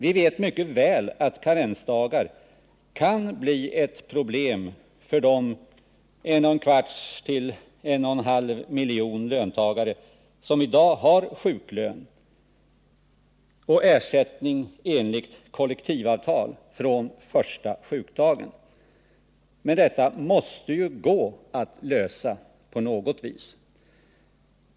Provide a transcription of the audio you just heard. Vi vet mycket väl att karensdagar kan bli ett problem för de 1,25-1,5 miljoner löntagare som i dag har sjuklön och ersättning enligt kollektivavtal från första sjukdagen. Men det måste ju gå att lösa det problemet på något sätt.